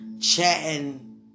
chatting